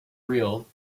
real